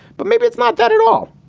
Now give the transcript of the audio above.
but maybe it's not that at all.